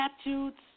statutes